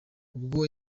ubwo